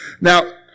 Now